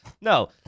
No